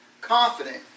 confident